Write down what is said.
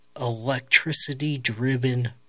electricity-driven